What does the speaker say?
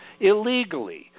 illegally